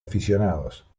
aficionados